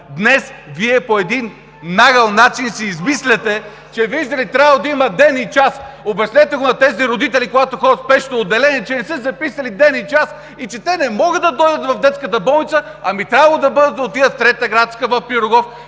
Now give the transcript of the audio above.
Днес Вие по един нагъл начин си измисляте, че, видите ли, трябвало да има ден и час. Обяснете го на тези родители, когато ходят в спешното отделение, че не са си записали ден и час и че те не могат да дойдат в детската болница, а трябвало да отидат в Трета градска, в Пирогов.